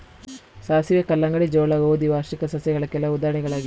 ಸಾಸಿವೆ, ಕಲ್ಲಂಗಡಿ, ಜೋಳ, ಗೋಧಿ ವಾರ್ಷಿಕ ಸಸ್ಯಗಳ ಕೆಲವು ಉದಾಹರಣೆಗಳಾಗಿವೆ